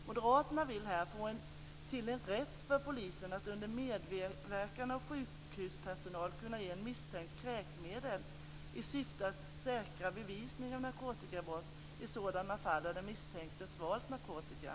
Moderaterna vill få till en rätt för polisen att, under medverkan av sjukhuspersonal, ge en misstänkt kräkmedel i syfte att säkra bevisning av narkotikabrott i sådana fall då den misstänkte har svalt narkotika.